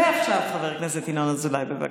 ועכשיו חבר הכנסת ינון אזולאי, בבקשה.